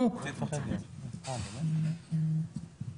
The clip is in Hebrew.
שלי, תאמינו לי שהלב שלי כבר בתחתונים.